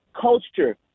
culture